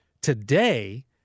today—